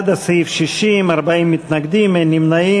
בעד הסעיף, 60, מתנגדים, 40, אין נמנעים.